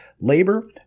labor